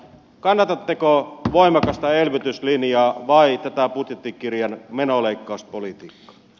kannatatteko voimakasta elvytyslinjaa vai tätä budjettikirjan menoleikkauspolitiikkaa